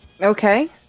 Okay